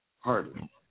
hardly